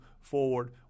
forward